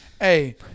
Hey